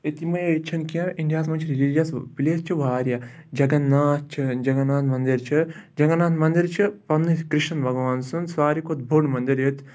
ییٚتہِ یِمَے ییٚتہِ چھِنہٕ کینٛہہ اِنڈیاہَس منٛز چھِ رِلِجَس پٕلیس چھِ واریاہ جَگَن ناتھ چھِ جَگَن ناتھ مَندِر چھِ جَگَن ناتھ مَندِر چھِ پَنٛنِس کِرٛشَن بھگوان سٕنٛز ساروی کھۄتہٕ بوٚڑ مَندِر ییٚتہِ